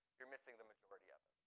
you're missing the majority of